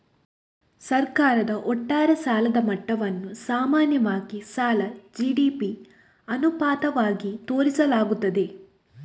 ಸರ್ಕಾರದ ಒಟ್ಟಾರೆ ಸಾಲದ ಮಟ್ಟವನ್ನು ಸಾಮಾನ್ಯವಾಗಿ ಸಾಲ ಜಿ.ಡಿ.ಪಿ ಅನುಪಾತವಾಗಿ ತೋರಿಸಲಾಗುತ್ತದೆ